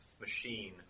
machine